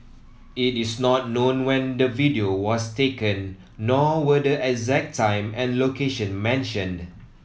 it is not known when the video was taken nor were the exact time and location mentioned